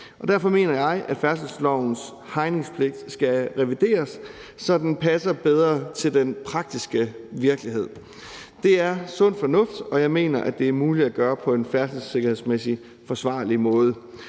derfor mener jeg, at færdselslovens hegningspligt skal revideres, så den passer bedre til den praktiske virkelighed. Det er sund fornuft, og jeg mener, at det er muligt at gøre det på en færdselssikkerhedsmæssigt forsvarlig måde.